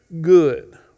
Good